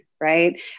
right